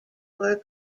were